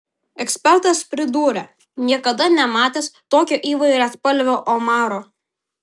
ekspertas pridūrė niekada nematęs tokio įvairiaspalvio omaro